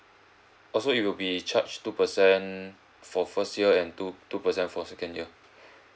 oh so it will be charged two percent for first year and two two percent for second year